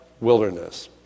wilderness